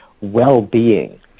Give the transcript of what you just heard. well-being